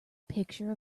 picture